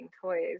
toys